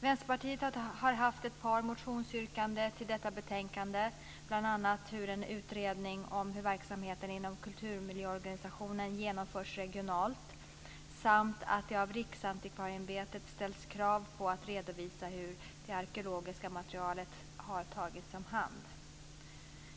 Vänsterpartiet har haft ett par motionsyrkanden till detta betänkande, bl.a. om en utredning om hur verksamheten inom kulturmiljöorganisationer genomförs regionalt samt att det av Riksantikvarieämbetet ställs krav på att redovisa hur det arkeologiska materialet har tagits om hand.